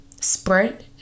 Spread